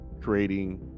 creating